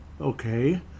Okay